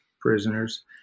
prisoners